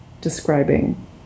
describing